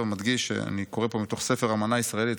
ומדגיש שאני קורא פה מתוך הספר "אמנה ישראלית".